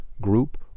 group